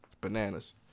Bananas